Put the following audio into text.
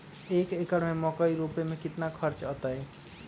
एक एकर में मकई रोपे में कितना खर्च अतै?